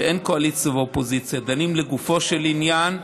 שאין קואליציה ואופוזיציה, דנים לגופו של עניין,